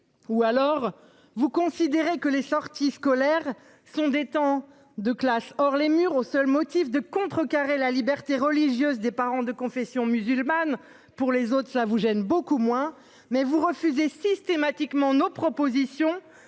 Ou alors vous considérez que les sorties scolaires. Ce sont des temps de classe hors les murs au seul motif de contrecarrer la liberté religieuse des parents de confession musulmane. Pour les autres, cela vous gêne beaucoup moins mais vous refusez systématiquement nos propositions